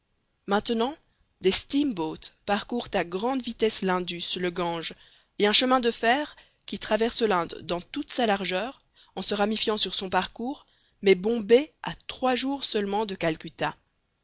maintenant des steamboats parcourent à grande vitesse l'indus le gange et un chemin de fer qui traverse l'inde dans toute sa largeur en se ramifiant sur son parcours met bombay à trois jours seulement de calcutta